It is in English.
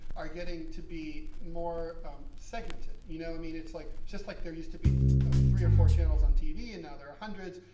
are getting to be more segmented. you know i mean, like, just like there used to be ah three or four channels on tv, and now there are hundreds,